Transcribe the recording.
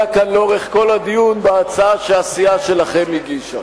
כאן לאורך כל הדיון בהצעה שהסיעה שלכם הגישה.